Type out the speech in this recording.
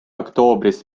oktoobrist